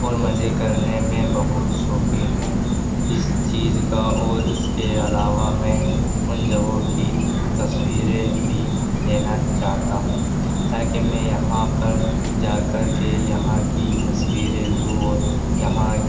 اور مزے کرنے میں بہت شوقین ہوں اس چیز کا اور اس کے علاوہ میں ان جگہوں کی تصویریں بھی لینا چاہتا ہوں تا کہ میں یہاں پر جا کر کے یہاں کی تصویریں لوں اور یہاں